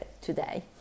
today